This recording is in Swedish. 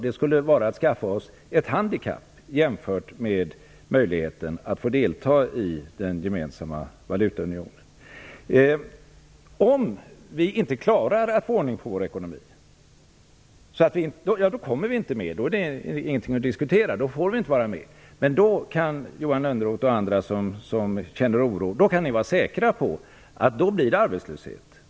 Det skulle vara att skaffa oss ett handikapp jämfört med möjligheten att få delta i den gemensamma valutaunionen. Om vi inte klarar att få ordning på vår ekonomi kommer vi inte med. Då är det inget att diskutera - vi får inte vara med. Men då kan Johan Lönnroth och andra som känner oro vara säkra på att det blir arbetslöshet.